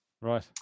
Right